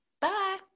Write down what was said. bye